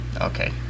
Okay